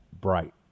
bright